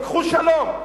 וקחו שלום.